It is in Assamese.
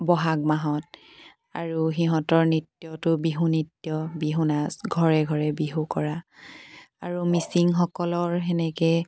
বহাত মাহত আৰু সিহঁতৰ নৃত্যটো বিহু নৃত্য বিহু নাচ ঘৰে ঘৰে বিহু কৰা আৰু মিচিংসকলৰ সেনেকৈ